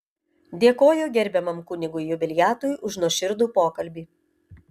dėkoju gerbiamam kunigui jubiliatui už nuoširdų pokalbį